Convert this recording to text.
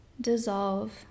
dissolve